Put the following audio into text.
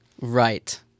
right